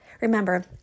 Remember